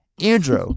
Andrew